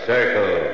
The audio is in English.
Circle